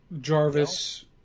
Jarvis